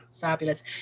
fabulous